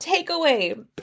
takeaway